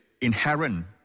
inherent